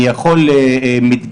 אני יכול מדגמית